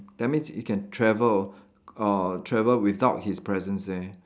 that means he can travel uh travel without his presence there